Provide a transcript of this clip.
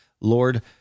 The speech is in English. Lord